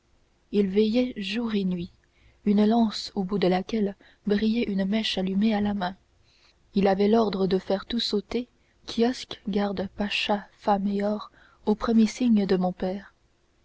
il veillait jour et nuit une lance au bout de laquelle brillait une mèche allumée à la main il avait l'ordre de faire tout sauter kiosque gardes pacha femmes et or au premier signe de mon père